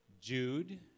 Jude